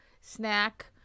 snack